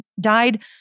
died